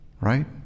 right